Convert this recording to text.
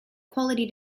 quality